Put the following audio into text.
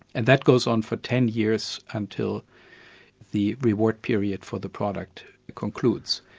and that goes on for ten years until the reward period for the product concludes.